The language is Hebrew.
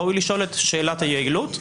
ראוי לשאול את שאלת היעילות,